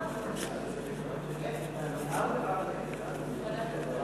להעביר את הנושא לוועדת הכלכלה נתקבלה.